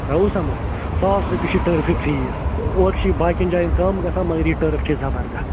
تۄہہِ آوُ سَمٕج ساس رۄپیہِ چھِ ٹٔرفہِ فیٖس اورٕ چھی باقِیَن جایَن کَم گژھان مگر یہِ ٹٔرٕف چھے زَبَردَس